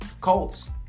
Colts